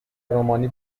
رومانی